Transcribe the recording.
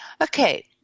Okay